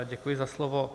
Děkuji za slovo.